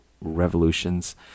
Revolutions